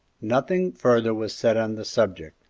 nothing further was said on the subject,